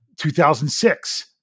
2006